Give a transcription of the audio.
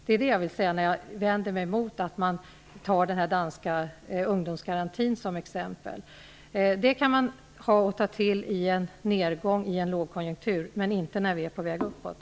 Det är det jag vill säga när jag vänder mig emot att man tar den danska ungdomsgarantin som exempel. Den kan man ta till i en nedgång och i en lågkonjunktur, men inte när vi är på väg uppåt.